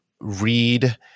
read